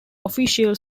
official